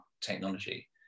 technology